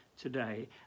today